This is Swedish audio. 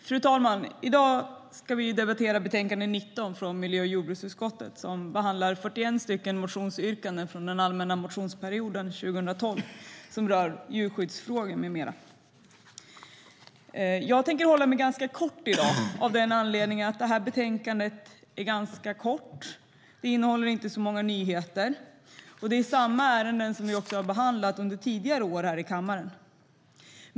Fru talman! I dag ska vi debattera betänkande 19 från miljö och jordbruksutskottet. Det behandlar 41 motionsyrkanden från den allmänna motionsperioden 2012 som rör djurskyddsfrågor med mera. Jag tänker hålla mig ganska kort i dag av den anledningen att det här betänkandet är ganska kort. Det innehåller inte så många nyheter. Det är samma ärenden som vi har behandlat under tidigare år här i kammaren.